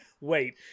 wait